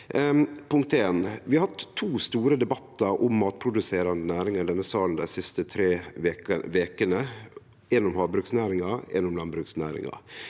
Punkt ein: Vi har hatt to store debattar om matproduserande næringar i denne salen dei siste tre vekene, ein om havbruksnæringa og ein om landbruksnæringa.